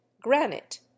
granite